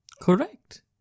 Correct